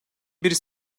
bir